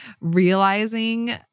realizing